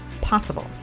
possible